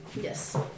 Yes